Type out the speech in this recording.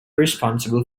responsible